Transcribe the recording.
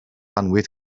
annwyd